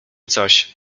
coś